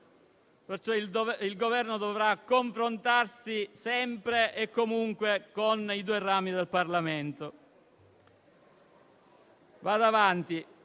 questo. Il Governo dovrà confrontarsi sempre e comunque con i due rami del Parlamento.